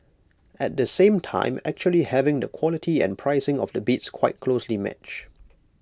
at the same time actually having the quality and pricing of the bids quite closely matched